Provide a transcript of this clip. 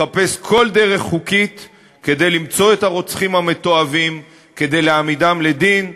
לחפש כל דרך חוקית למצוא את הרוצחים המתועבים כדי להעמידם לדין,